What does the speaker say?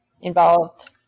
involved